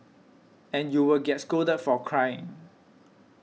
and you would get scolded for crying